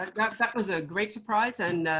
um that that was a great surprise. and